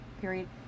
period